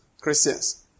Christians